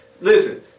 listen